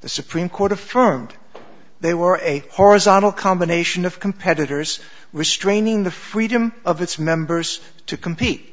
the supreme court affirmed they were a horizontal combination of competitors restraining the freedom of its members to compete